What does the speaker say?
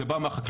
זה בא מהחקלאות,